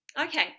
okay